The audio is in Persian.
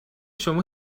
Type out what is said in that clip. شما